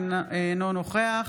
אינו נוכח